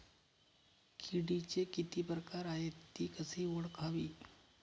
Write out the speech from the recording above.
किडीचे किती प्रकार आहेत? ति कशी ओळखावी?